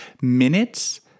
minutes